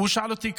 והוא שאל אותי: